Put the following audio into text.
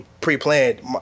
pre-planned